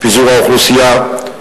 פיזור האוכלוסייה,